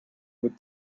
vos